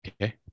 Okay